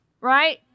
Right